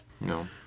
No